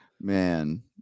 Man